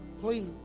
please